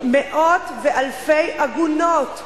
מאות ואלפי עגונות קשורות,